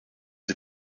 les